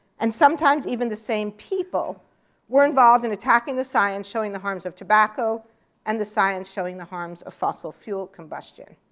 and sometimes even the same people were involved in attacking the science showing the harms of tobacco and the science showing the harms of fossil fuel combustion.